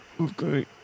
okay